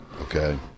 okay